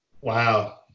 Wow